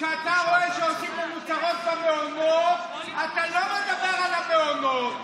כשאתה רואה שעושים לנו צרות במעונות אתה לא מדבר על המעונות.